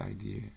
idea